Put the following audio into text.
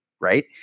Right